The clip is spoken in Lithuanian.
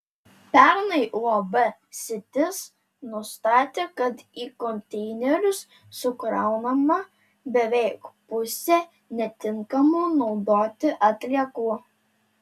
pernai uab sitis nustatė kad į konteinerius sukraunama beveik pusė netinkamų naudoti atliekų